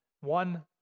One